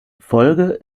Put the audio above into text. folge